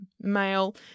male